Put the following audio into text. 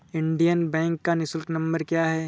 Indian Bank का निःशुल्क number क्या है?